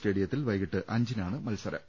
സ്റ്റേഡിയത്തിൽ വൈകിട്ട് അഞ്ചിനാണ് മത്സരം